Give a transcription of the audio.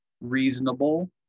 reasonable